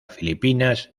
filipinas